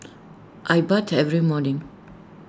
I bathe every morning